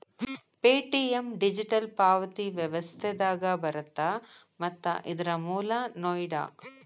Paytm digital ಪಾವತಿ ವ್ಯವಸ್ಥೆದಾಗ ಬರತ್ತ ಮತ್ತ ಇದರ್ ಮೂಲ ನೋಯ್ಡಾ